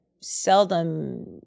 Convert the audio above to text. seldom